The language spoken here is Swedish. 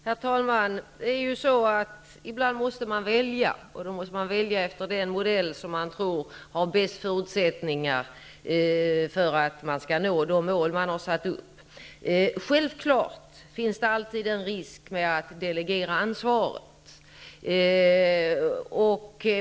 Herr talman! Ibland måste man välja, och då måste man välja efter den modell som man tror har bäst förutsättningar att nå de mål som har satts upp. Självfallet finns det alltid en risk med att delegera ansvar.